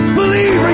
believe